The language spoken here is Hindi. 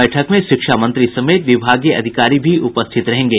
बैठक में शिक्षा मंत्री समेत विभागीय अधिकारी भी उपस्थित रहेंगे